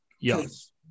Yes